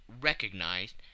recognized